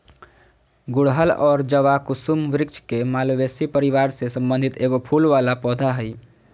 गुड़हल और जवाकुसुम वृक्ष के मालवेसी परिवार से संबंधित एगो फूल वला पौधा हइ